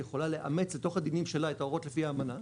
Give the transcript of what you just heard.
יכולה לאמץ לתוך הדינים שלה את ההוראות לפי האמנה,